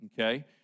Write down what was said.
okay